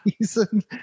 reason